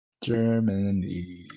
Germany